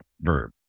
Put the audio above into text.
verb